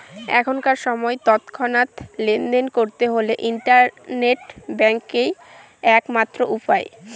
এখনকার সময় তৎক্ষণাৎ লেনদেন করতে হলে ইন্টারনেট ব্যাঙ্কই এক মাত্র উপায়